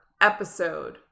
episode